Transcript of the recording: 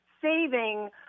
Saving